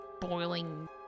boiling